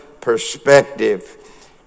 perspective